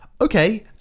Okay